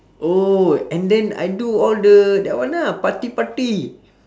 oh and then I do all the that one lah party party